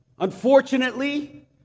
Unfortunately